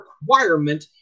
requirement